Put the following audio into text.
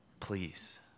Please